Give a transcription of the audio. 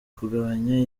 kugabanya